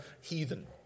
heathen